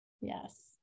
Yes